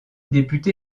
député